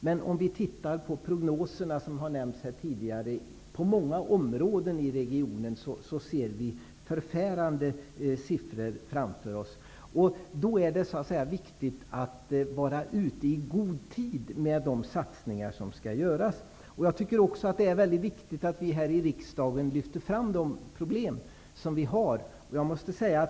Men om vi tittar på de prognoser som har nämnts här tidigare, ser vi på många områden i regionen förfärande siffror framför oss. Då är det viktigt att vara ute i god tid med de satsningar som skall göras. Det är också mycket viktigt att vi här i riksdagen lyfter fram de problem som vi har.